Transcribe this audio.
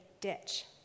ditch